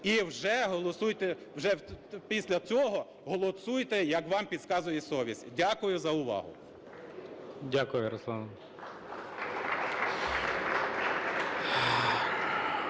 вже після цього голосуйте, як вам підказує совість. Дякую за увагу. ГОЛОВУЮЧИЙ. Дякую, Ярославе.